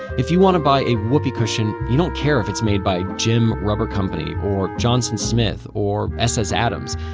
if you want to buy a whoopee cushion, you don't care if it's made by jem rubber company or johnson smith or s. s. adams.